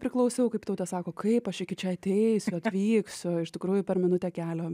priklausiau kaip tautė sako kaip aš iki čia ateisiu atvyksiu iš tikrųjų per minutę kelio